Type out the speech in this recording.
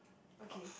okay